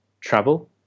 travel